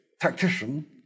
tactician